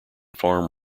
farm